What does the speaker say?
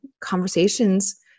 conversations